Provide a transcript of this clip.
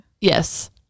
Yes